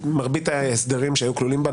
מרבית ההסדרים שהיו כלולים בה,